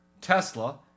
Tesla